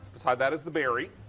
beside that is the berry.